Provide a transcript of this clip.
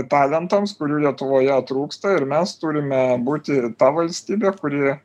talentams kurių lietuvoje trūksta ir mes turime būti ta valstybė kuri